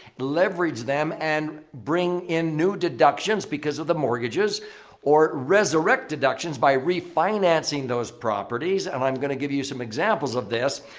leverage them and bring in new deductions because of the mortgages or resurrect deductions by refinancing those properties. and i'm going to give you some examples of this.